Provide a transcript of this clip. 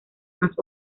más